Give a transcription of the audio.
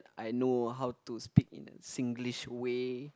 I know how to speak in a Singlish way